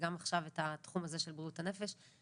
וגם עכשיו את התחום הזה של בריאות הנפש.